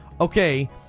Okay